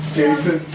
Jason